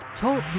Talk